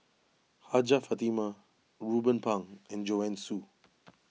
Hajjah Fatimah Ruben Pang and Joanne Soo